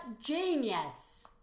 genius